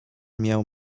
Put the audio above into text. mię